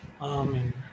amen